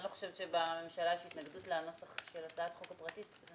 אני לא חושבת שבממשלה יש התנגדות לנוסח של הצעת החוק הפרטית.